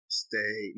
stay